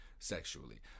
Sexually